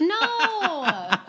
No